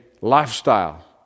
lifestyle